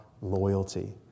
loyalty